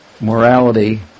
morality